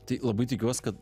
tai labai tikiuos kad